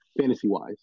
fantasy-wise